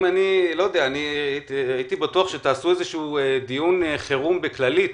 אני הייתי בטוח שתעשו דיון חירום בכללית,